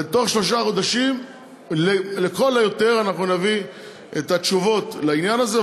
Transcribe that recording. בתוך שלושה חודשים לכל היותר אנחנו נביא את התשובות לעניין הזה,